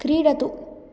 क्रीडतु